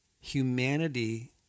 humanity